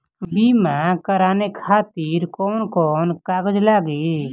बीमा कराने खातिर कौन कौन कागज लागी?